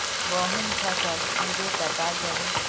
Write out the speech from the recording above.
गहुम फसल कीड़े कटाल जाबे?